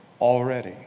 already